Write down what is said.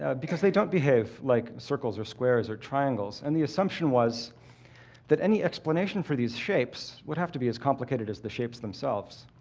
ah because they don't behave like circles or squares or triangles. and the assumption was that any explanation for these shapes would have to be as complicated as the shapes themselves.